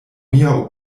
mia